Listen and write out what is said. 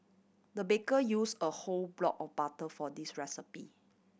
the baker use a whole block of butter for this recipe